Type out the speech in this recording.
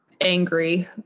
angry